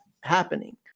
happening